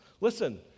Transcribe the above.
Listen